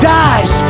dies